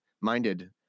minded